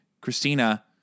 Christina